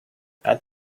that